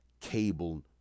cable